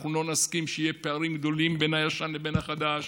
אנחנו לא נסכים שיהיה פערים גדולים בין הישן לבין החדש,